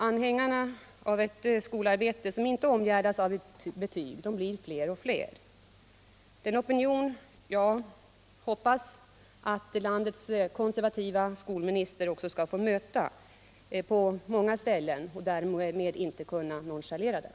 Anhängarna av ett skolarbete som inte omgärdas med betyg blir fler och fler. Det är en opinion som jag hoppas att också landets konservativa skolminister skall få möta på många ställen — och därmed inte kunna nonchalera den.